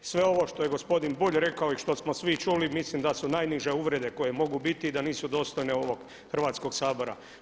Sve ovo što je gospodin Bulj rekao i što smo svi čuli mislim da su najniže uvrede koje mogu biti i da nisu dostojne ovog Hrvatskog sabora.